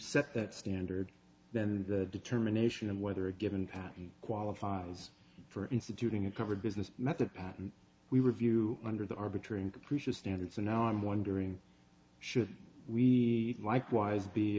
set that standard then the determination of whether a given patent qualifies for instituting a covered business method patent we review under the arbitrary and capricious standard so now i'm wondering should we likewise be